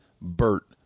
BERT